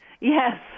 Yes